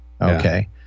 Okay